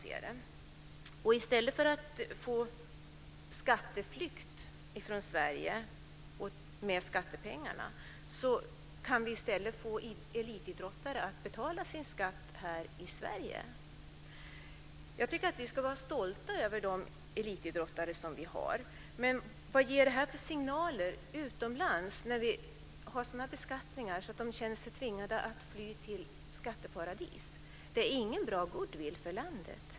I stället för att det blir skatteflykt från Sverige med skattepengar kan elitidrottare fås att betala sin skatt i Jag tycker att vi ska vara stolta över de elitidrottare vi har. Men vad ger det för signaler utomlands när vi beskattar dem så att de känner sig tvingade att fly till skatteparadis? Det är ingen bra goodwill för landet.